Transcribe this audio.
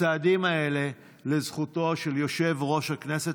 הצעדים האלה הם לזכותו של יושב-ראש הכנסת